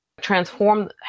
transform